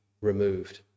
removed